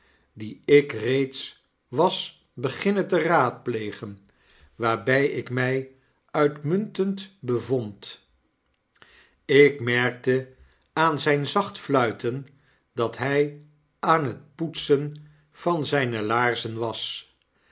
dien ik reeds was beginnen te raadplegen waarby ik my uitmuntend bevond ik merkte aan zyn zacht fluiten dat hy aan het poetsen van zyne iaarzen was